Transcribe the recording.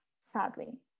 sadly